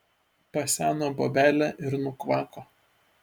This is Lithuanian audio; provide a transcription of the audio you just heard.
paseno bobelė ir nukvako